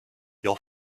your